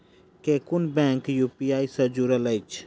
केँ कुन bank UPI सँ जुड़ल अछि?